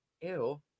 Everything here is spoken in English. ew